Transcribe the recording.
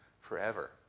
forever